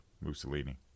Mussolini